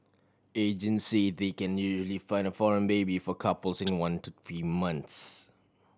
agent say they can usually find a foreign baby for couples in one to three months